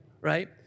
right